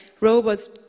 robots